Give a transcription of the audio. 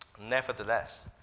Nevertheless